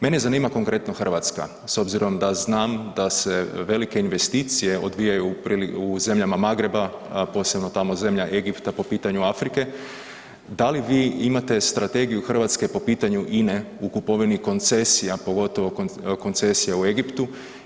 Mene zanima konkretno Hrvatska s obzirom da znam da se velike investicije odvijaju u zemljama Magreba, posebno tamo zemlja Egipta po pitanju Afrike, da li vi imate strategiju Hrvatske po pitanju INA-e u kupovini koncesija pogotovo koncesija u Egiptu?